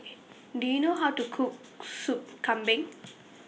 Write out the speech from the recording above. OK Do YOU know How to Cook Sup Kambing